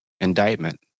indictment